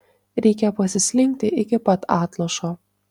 reikia pasislinkti iki pat atlošo